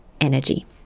energy